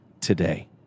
today